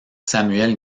samuel